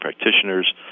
Practitioners